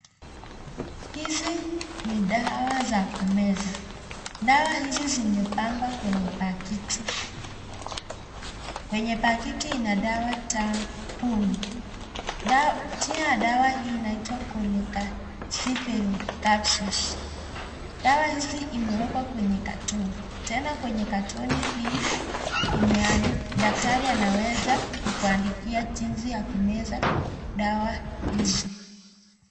Hizi ni dawa za kumeza ambazo zimepangwa kwenye pakiti ya dawa kumi ambazo zinaitwa Cholecalciferol Capsules na zimewekwa kwenye katoni ambayo daktari anaweza kukuandikia jinsi ya kumeza.